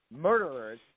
murderers